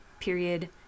period